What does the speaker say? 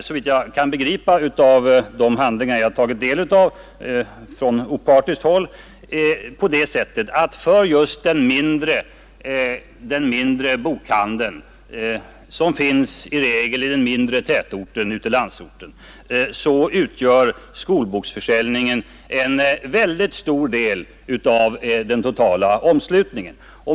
Såvitt jag kan begripa av de handlingar som jag tagit del av från opartiskt håll utgör skolboksförsäljningen en väldigt stor del av den totala omslutningen för främst den mindre bokhandeln, som i regel finns i den mindre tätorten i landsorten.